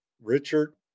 Richard